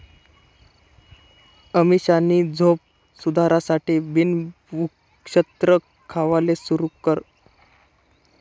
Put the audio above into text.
अमीषानी झोप सुधारासाठे बिन भुक्षत्र खावाले सुरू कर